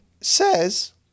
says